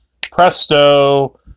presto